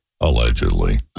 Allegedly